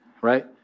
right